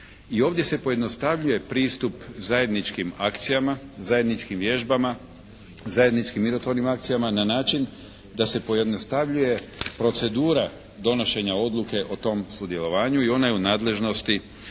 I ovdje se pojednostavljuje pristup zajedničkim akcijama, zajedničkim vježbama, zajedničkim mirotvornim akcijama na način da se pojednostavljuje procedura donošenja odluke o tom sudjelovanju i ona je u nadležnosti